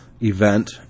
event